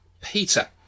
Peter